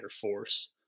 force